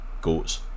Goat's